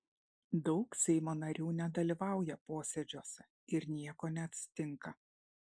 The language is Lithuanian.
daug seimo narių nedalyvauja posėdžiuose ir nieko neatsitinka